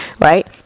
right